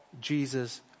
Jesus